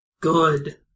Good